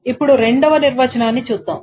ఇప్పుడు రెండవ నిర్వచనాన్ని చూద్దాం